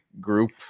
group